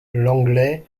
l’anglais